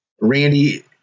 Randy